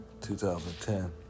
2010